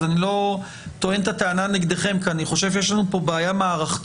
אני לא טוען את הטענה נגדכם כי אני חושב שיש לנו כאן בעיה מערכתית.